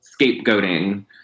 scapegoating